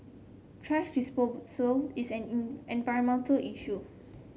thrash disposal is an environmental issue